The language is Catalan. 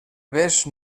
bes